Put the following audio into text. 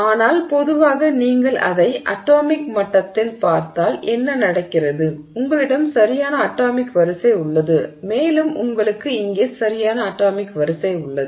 ஆனால் பொதுவாக நீங்கள் அதை அட்டாமிக் மட்டத்தில் பார்த்தால் என்ன நடக்கிறது உங்களிடம் சரியான அட்டாமிக் வரிசை உள்ளது மேலும் உங்களுக்கும் இங்கே சரியான அட்டாமிக் வரிசை உள்ளது